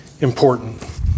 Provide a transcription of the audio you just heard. important